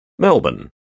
Melbourne